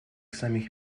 самих